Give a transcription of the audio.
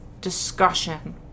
discussion